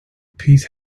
peace